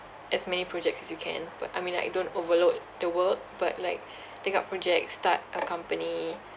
as many projects as you can but I mean like don't overload the work but like take up project start a company